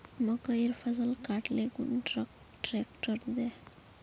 मकईर फसल काट ले कुन ट्रेक्टर दे?